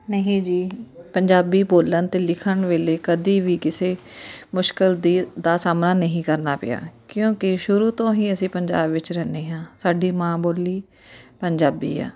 ਨਹੀਂ ਜੀ ਪੰਜਾਬੀ ਬੋਲਣ ਅਤੇ ਲਿਖਣ ਵੇਲੇ ਕਦੀ ਵੀ ਕਿਸੇ ਮੁਸ਼ਕਿਲ ਦੀ ਦਾ ਸਾਹਮਣਾ ਨਹੀਂ ਕਰਨਾ ਪਿਆ ਕਿਉਂਕਿ ਸ਼ੁਰੂ ਤੋਂ ਹੀ ਅਸੀਂ ਪੰਜਾਬ ਵਿੱਚ ਰਹਿੰਦੇ ਹਾਂ ਸਾਡੀ ਮਾਂ ਬੋਲੀ ਪੰਜਾਬੀ ਆ